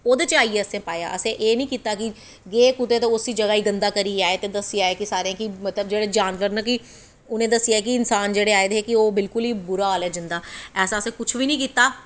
ओह्दे च आइयै असें पाया असें एह् निं कीता कि गे कुतै ते उस जगह गी गंदा करियै आए ते दस्सी आए सारे कि मतलब जेह्ड़े जानवर न कि उ'नें गी दस्सेआ कि इंसान जेह्ड़े आए दे हे ओह् बिलकुल ही बुरा हाल ऐ जिंदा ऐसा असें कुछ बी निं कीता